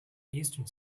eastern